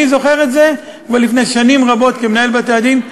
אני זוכר את זה כבר לפני שנים רבות כמנהל בתי-הדין.